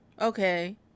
okay